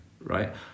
right